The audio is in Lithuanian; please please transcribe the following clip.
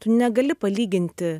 tu negali palyginti